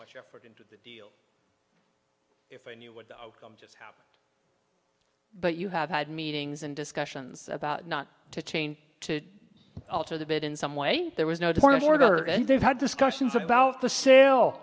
much effort into the deal if i knew what the outcome just how but you have had meetings and discussions about not to change to alter the bit in some way there was no to sort of order and they've had discussions about to sa